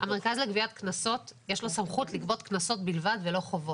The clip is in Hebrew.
למרכז לגביית קנסות יש סמכות לגבות קנסות בלבד ולא חובות.